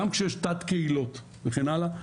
גם כשיש תת קהילות וכן הלאה,